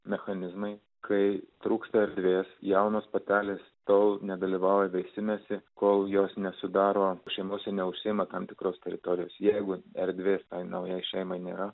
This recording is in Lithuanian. mechanizmai kai trūksta erdvės jaunos patelės to nedalyvauja vystymesi kol jos nesudaro šeimos neužsiima tam tikros teritorijos jeigu erdvi ar nauja šeima nėra